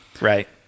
right